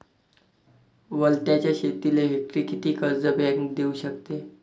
वलताच्या शेतीले हेक्टरी किती कर्ज बँक देऊ शकते?